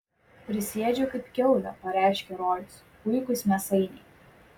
prisiėdžiau kaip kiaulė pareiškė rojus puikūs mėsainiai